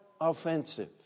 offensive